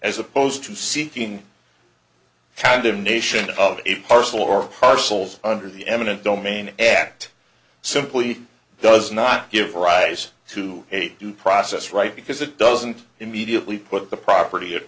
as opposed to seeking condemnation of a parcel or parcels under the eminent domain act simply does not give rise to do process right because it doesn't immediately put the property at